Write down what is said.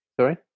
Sorry